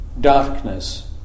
darkness